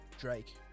Drake